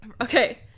Okay